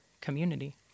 community